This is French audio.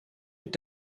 est